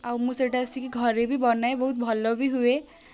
ଆଉ ମୁଁ ସେଇଟା ଆସିକି ଘରେ ବି ବନାଏ ବହୁତ ଭଲ ବି ହୁଏ